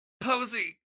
Posey